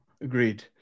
Agreed